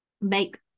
make